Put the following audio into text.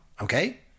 okay